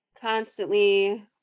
constantly